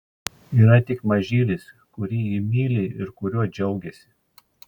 yra tik mažylis kurį ji myli ir kuriuo džiaugiasi